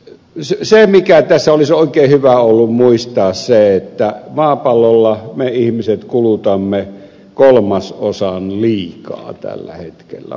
se mikä tässä olisi ollut oikein hyvä muistaa on se että maapallolla me ihmiset kulutamme kolmasosan liikaa tällä hetkellä